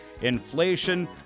inflation